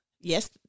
yes